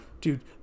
Dude